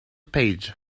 page